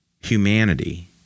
humanity